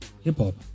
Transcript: hip-hop